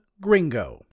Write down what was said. gringo